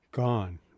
Gone